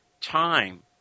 time